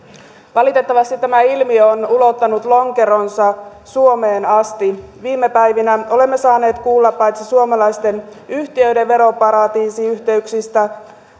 valitettavasti tämä ilmiö on ulottanut lonkeronsa suomeen asti viime päivinä olemme saaneet kuulla paitsi suomalaisten yhtiöiden veroparatiisiyhteyksistä